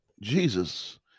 Jesus